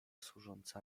służąca